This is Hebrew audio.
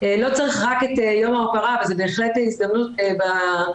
לא צריך רק את יום ההוקרה וזה בהחלט הזדמנות בשבוע